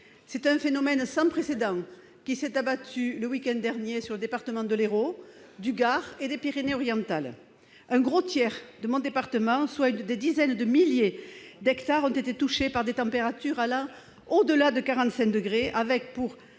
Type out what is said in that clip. c'est un phénomène sans précédent qui s'est abattu le week-end dernier sur les départements de l'Hérault, du Gard et des Pyrénées-Orientales. Un gros tiers de mon département, soit plusieurs milliers d'hectares, a été touché par des températures supérieures à 45 degrés, avec pour